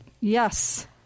yes